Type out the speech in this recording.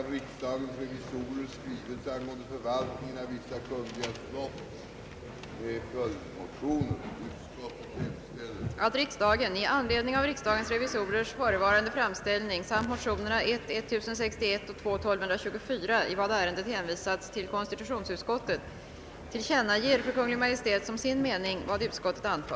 Då konstitutionsutskottet framlade sitt utlåtande i ärendet, hade statsutskottets överväganden varit kända.